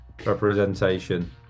Representation